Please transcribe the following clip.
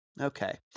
Okay